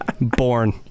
Born